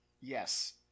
yes